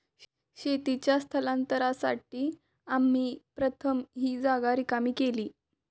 शेतीच्या स्थलांतरासाठी आम्ही प्रथम ही जागा रिकामी केली